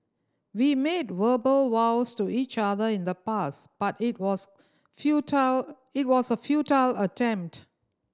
we made verbal vows to each other in the past but it was futile it was a futile attempt